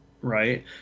right